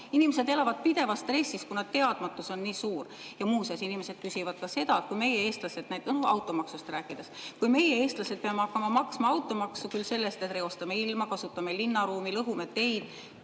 Inimesed elavad pidevas stressis, kuna teadmatus on nii suur. Ja muuseas, inimesed küsivad ka seda – automaksust rääkides –, et kui meie, eestlased, peame hakkama maksma automaksu küll selle pärast, et reostame ilma, kasutame linnaruumi, lõhume teid,